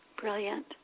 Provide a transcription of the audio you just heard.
Brilliant